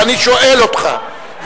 ואני שואל אותך,